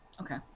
Okay